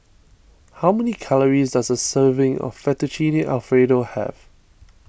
how many calories does a serving of Fettuccine Alfredo have